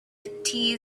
the